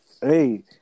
hey